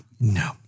no